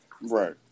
Right